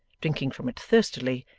drinking from it thirstily,